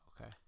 okay